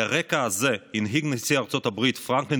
על הרקע הזה הנהיג נשיא ארצות הברית פרנקלין